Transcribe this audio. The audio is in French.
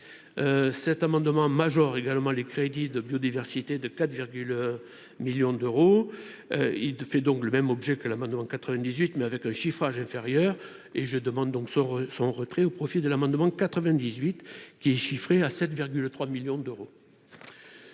cet amendement major également les crédits de biodiversité de 4 millions d'euros, il fait donc le même objet que l'amendement 98 mais avec un chiffrage inférieur et je demande donc sort son retrait au profit de l'amendement 98 qui est chiffré à 7,3 millions d'euros.